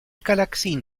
galaxien